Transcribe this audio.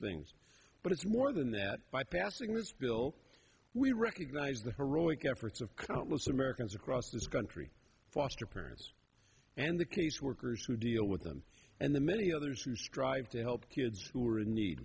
things but it's more than that by passing this bill we recognize the heroic efforts of countless americans across this country foster parents and the caseworkers who deal with them and the many others who strive to help kids who are in need